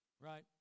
Right